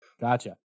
Gotcha